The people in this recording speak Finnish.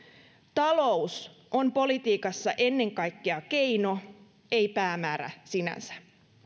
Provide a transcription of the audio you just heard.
talous on politiikassa ennen kaikkea keino ei päämäärä sinänsä